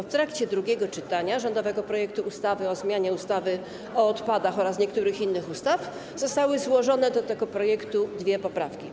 W trakcie drugiego czytania rządowego projektu ustawy o zmianie ustawy o odpadach oraz niektórych innych ustaw zostały złożone do tego projektu dwie poprawki.